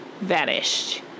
vanished